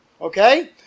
Okay